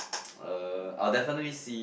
uh I'll definitely see